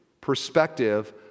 perspective